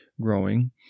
growing